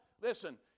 Listen